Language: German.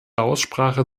aussprache